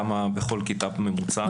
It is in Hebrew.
היא מכוונת.